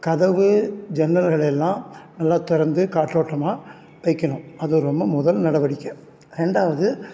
கதவு ஜன்னல்களை எல்லாம் நல்லா திறந்து காற்றோட்டமாக வைக்கணும் அது ரொம்ப முதல் நடவடிக்கை ரெண்டாவது